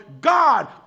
God